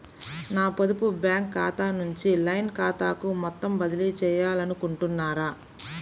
నా పొదుపు బ్యాంకు ఖాతా నుంచి లైన్ ఖాతాకు మొత్తం బదిలీ చేయాలనుకుంటున్నారా?